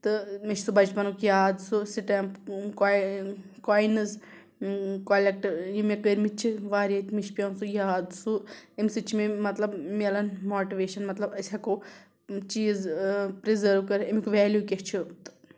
تہٕ مےٚ چھِ سُہ بَچپَنُک یاد سُہ سِٹٮ۪مپ کویِنٕز کوٚلیٚکٹ یہِ مےٚ کٔرمٕتۍ چھِ واریاہ مےٚ چھِ پیٚوان سُہ یاد سُہ ایٚمہِ سۭتۍ چھِ مےٚ مطلب مِلان ماٹِویشَن مطلب أسۍ ہیٚکو چیٖز پِرٛزٔرٕو کٔرِتھ ایٚمیُٚک ویلیوٗ کیٛاہ چھِ